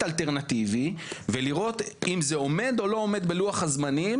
אלטרנטיבי ולראות אם זה עומד או לא עומד בלוח הזמנים